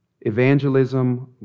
Evangelism